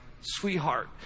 sweetheart